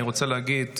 אני רוצה להגיד,